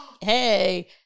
Hey